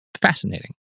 Fascinating